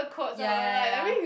ya ya ya